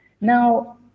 now